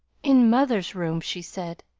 in mother's room, she said.